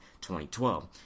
2012